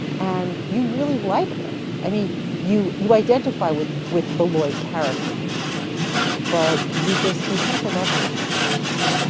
and you really like her, i mean you you identify with with the lloyd character but you just you come to love her as much as he does.